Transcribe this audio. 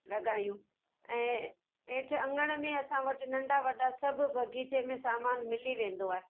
लॻायूं ऐं हेठि अंगण में असां वटि नंढा वॾा सभु बाग़ीचे में सामान मिली वेंदो आहे